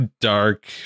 dark